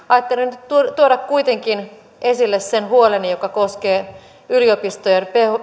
ajattelin nyt tuoda kuitenkin esille sen huoleni joka koskee yliopistojen